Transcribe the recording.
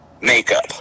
makeup